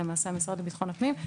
למעשה המשרד לביטחון הפנים,